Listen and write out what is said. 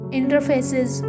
interfaces